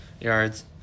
yards